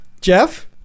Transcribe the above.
Jeff